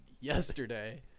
yesterday